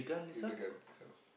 in the gun itself